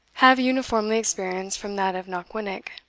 have uniformly experienced from that of knockwinnock.